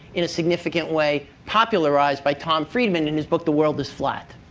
in a significant way, popularized by tom friedman in his book the world is flat.